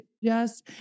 yes